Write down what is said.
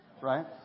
Right